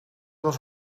was